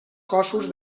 cossos